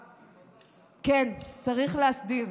כן, צריך להסדיר,